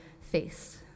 face